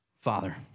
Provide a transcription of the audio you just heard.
Father